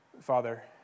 Father